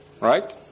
right